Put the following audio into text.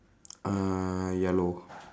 uh yellow